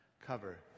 cover